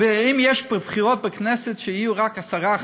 יש בחירות בכנסת ויהיו רק עשרה,